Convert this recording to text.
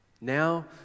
Now